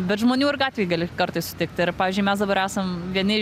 bet žmonių ir gatvėj gali kartais sutikti ir pavyzdžiui mes dabar esam vieni